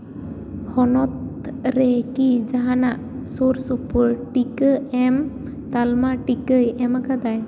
ᱦᱚᱱᱚᱛ ᱨᱮᱠᱤ ᱡᱟᱦᱟᱱᱟᱜ ᱥᱩᱨᱼᱥᱩᱯᱩᱨ ᱴᱤᱠᱟᱹ ᱮᱢ ᱛᱟᱞᱢᱟ ᱴᱤᱠᱟᱭ ᱮᱢ ᱠᱟᱫᱟᱭ